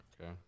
Okay